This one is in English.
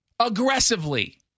aggressively